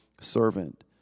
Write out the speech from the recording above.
servant